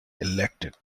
elected